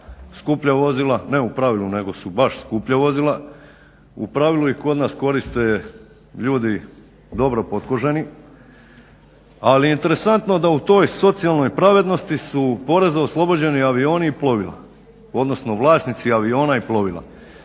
skuplja vozila, ne u pravilu nego su baš skuplja vozila, u pravilu ih kod nas koriste ljudi dobro potkoženi ali je interesantno da u toj socijalnoj pravednosti su poreza oslobođeni avioni i plovila odnosno vlasnici aviona i plovila.